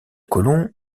colons